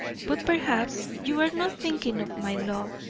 but perhaps you are not thinking of my love,